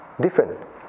different